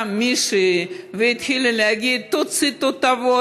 מישהי והתחילה להגיד: תוציאי תותבות,